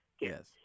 Yes